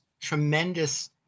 tremendous